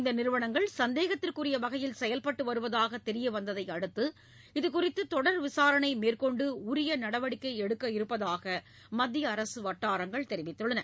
இந்த நிறுவனங்கள் சந்தேகத்திற்குரிய வகையில் செயல்பட்டு வருவதாக தெரியவந்ததை அடுத்து இது குறித்து தொடர் விசாரனை மேற்கொன்டு உரிய நடவடிக்கை எடுக்க இருப்பதாக மத்திய அரசு வட்டாரங்கள் தெரிவித்துள்ளன